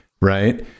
right